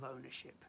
ownership